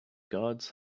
gods